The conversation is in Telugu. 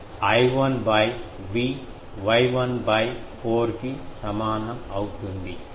కాబట్టి I1 V Y1 4 కి సమానం అవుతుంది